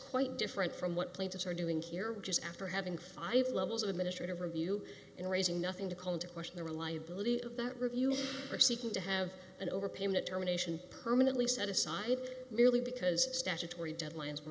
quite different from what plaintiffs are doing here which is after having five levels of administrative review and raising nothing to call into question the reliability of that review or seeking to have an overpayment termination permanently set aside merely because statutory deadlines were